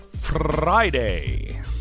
Friday